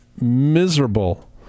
miserable